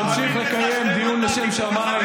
כאן פתאום גילו שיש אזור שנקרא הנגב,